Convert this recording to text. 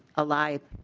alive.